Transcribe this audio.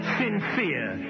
sincere